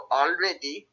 already